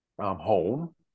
home